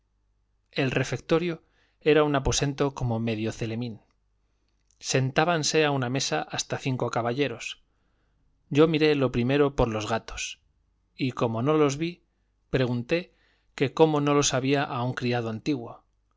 el refectorio era un aposento como medio celemín sentábanse a una mesa hasta cinco caballeros yo miré lo primero por los gatos y como no los vi pregunté que cómo no los había a un criado antiguo